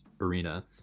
arena